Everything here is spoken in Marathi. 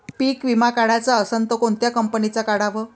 पीक विमा काढाचा असन त कोनत्या कंपनीचा काढाव?